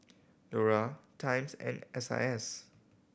Iora Times and S I S